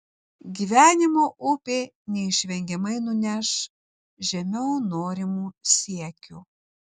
gyvenimo upė neišvengiamai nuneš žemiau norimų siekių